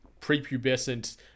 prepubescent